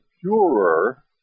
purer